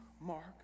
Mark